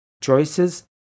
Choices